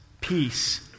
peace